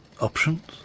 options